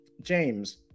James